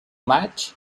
maig